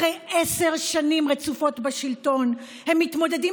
אחרי עשר שנים רצופות בשלטון הם מתמודדים